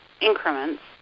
increments